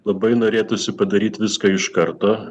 labai norėtųsi padaryt viską iš karto